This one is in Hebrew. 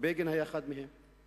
בגין היה אחד מהם.